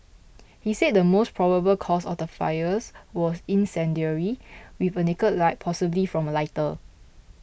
he said the most probable cause of the fires was incendiary with a naked light possibly from a lighter